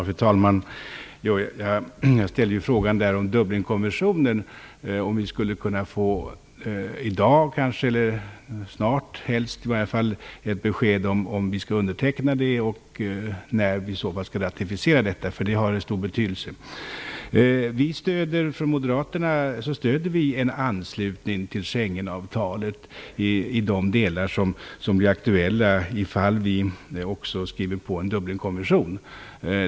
Fru talman! Jag ställde frågan om vi i dag eller i alla fall snart skulle kunna få ett besked om vi skall underteckna Dublinkonventionen och när vi i så fall skall ratificera detta, för det har stor betydelse. Vi moderater stöder en anslutning till Schengenavtalet i de delar som blir aktuella ifall vi också skriver på en Dublinkonvention.